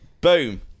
Boom